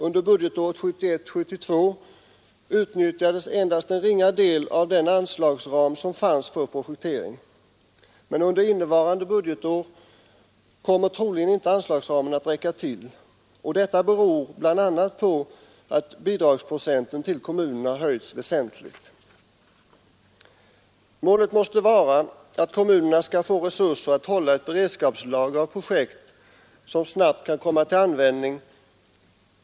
Under budgetåret 1971/72 utnyttjades endast en ringa del av den anslagsram som fanns för projektering. Under innevarande budgetår kommer troligen inte anslagsramen att räcka till. Detta beror på bl.a. att bidragsprocenten till kommunerna höjts väsentligt. Målet måste vara att kommunerna skall få resurser att hålla ett beredskapslager av projekt, som snabbt kan komma till användning.